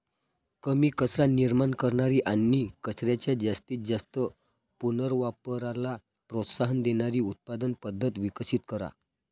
कमी कचरा निर्माण करणारी आणि कचऱ्याच्या जास्तीत जास्त पुनर्वापराला प्रोत्साहन देणारी उत्पादन पद्धत विकसित करा